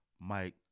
Mike